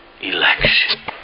election